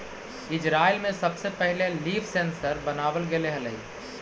Israel में सबसे पहिले लीफ सेंसर बनाबल गेले हलई